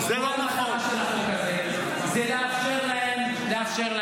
כל המטרה של החוק הזה היא לאפשר להם